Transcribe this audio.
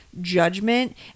judgment